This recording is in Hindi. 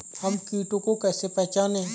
हम कीटों को कैसे पहचाने?